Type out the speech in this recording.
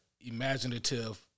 imaginative